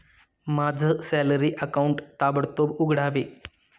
माझं salary account ताबडतोब उघडावे